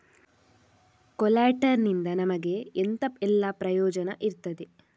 ಕೊಲ್ಯಟರ್ ನಿಂದ ನಮಗೆ ಎಂತ ಎಲ್ಲಾ ಪ್ರಯೋಜನ ಇರ್ತದೆ?